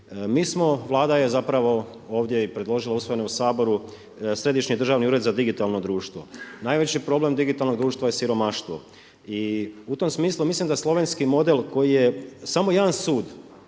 Vlada je zapravo ovdje predložila, usvojena je u Saboru Središnji državni ured za digitalno društvo. Najveći probleme digitalnog društva je siromaštvo i u tom smislu mislim da slovenski model koji je samo jedan sud